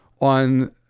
on